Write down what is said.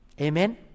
Amen